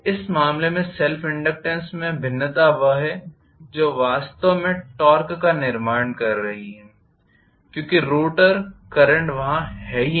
इस मामले में सेल्फ़ इनडक्टेन्स में भिन्नता वह है जो वास्तव में टॉर्क का निर्माण कर रही है क्योंकि रोटर करंट वहाँ है ही नहीं